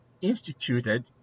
instituted